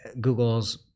Google's